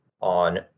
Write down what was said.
on